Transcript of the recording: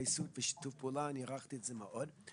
ההתגייסות ושיתוף הפעולה, הערכתי את זה מאוד.